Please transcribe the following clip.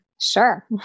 Sure